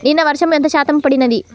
నిన్న వర్షము ఎంత శాతము పడినది?